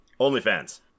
OnlyFans